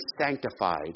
sanctified